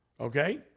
okay